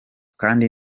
kandi